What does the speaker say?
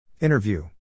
Interview